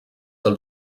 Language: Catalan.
del